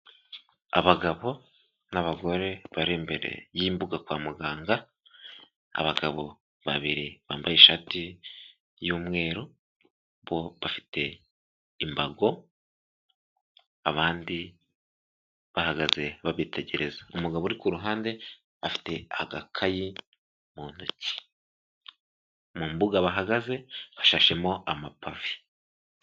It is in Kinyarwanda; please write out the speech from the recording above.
Abagabo n'abagore bari imbere y'imbuga kwa muganga, abagabo babiri bambaye ishati y'umweru, bo bafite imbago, abandi bahagaze babitegereza. Umugabo uri kuruhande, afite agakayi mu ntoki, mu mbuga bahagaze hashashemo amapavi.